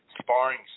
sparring